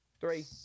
Three